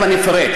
תכף אני אפרט,